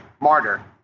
martyr